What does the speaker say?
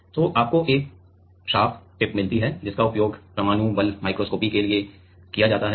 तो आपको एक शार्प टिप मिलती है जिसका उपयोग परमाणु बल माइक्रोस्कोपी के लिए किया जाता है